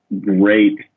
great